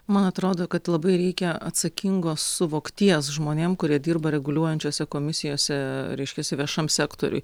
man atrodo kad labai reikia atsakingos suvokties žmonėm kurie dirba reguliuojančiose komisijose reiškiasi viešam sektoriui